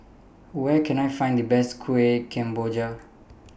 Where Can I Find The Best Kueh Kemboja